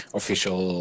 official